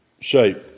shape